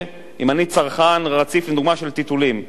אם אני צרכן רציף של טיטולים לילד,